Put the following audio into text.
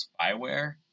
spyware